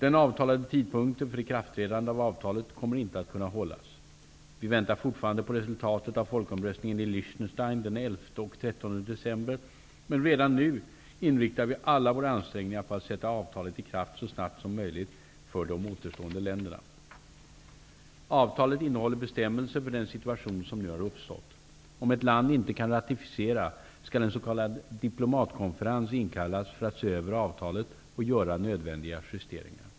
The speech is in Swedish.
Den avtalade tidpunkten för ikraftträdande av avtalet kommer inte att kunna hållas. Vi väntar fortfarande på resultatet av folkomröstningen i Liechtenstein den 11 och 13 december, men redan nu inriktar vi alla våra ansträngningar på att sätta avtalet i kraft så snart som möjligt för de återstående länderna. Avtalet innehåller bestämmelser för den situation som nu har uppstått. Om ett land inte kan ratificera, skall en s.k. diplomatkonferens inkallas för att se över avtalet och göra nödvändiga justeringar.